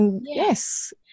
Yes